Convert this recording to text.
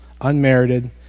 Unmerited